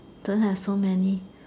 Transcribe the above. don't have so many